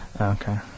Okay